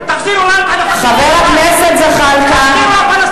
תחזירו את הרכוש לפלסטינים.